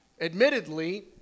admittedly